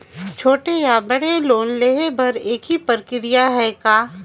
छोटे या बड़े दुनो लोन बर एक ही प्रक्रिया है का?